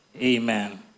Amen